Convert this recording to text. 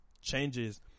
Changes